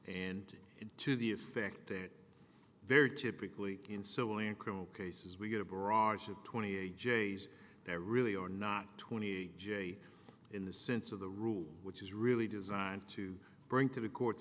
fox and to the effect that they're typically in so in criminal cases we get a barrage of twenty eight j's there really are not twenty a j in the sense of the rule which is really designed to bring to the court